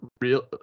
real